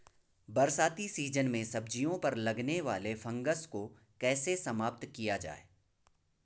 बरसाती सीजन में सब्जियों पर लगने वाले फंगस को कैसे समाप्त किया जाए?